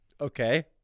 Okay